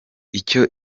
icyo